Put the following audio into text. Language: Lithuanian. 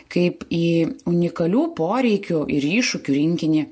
kaip į unikalių poreikių ir iššūkių rinkinį